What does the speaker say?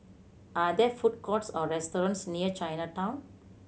are there food courts or restaurants near Chinatown